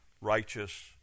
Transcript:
righteous